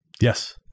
Yes